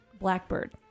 Blackbird